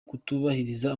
kutubahiriza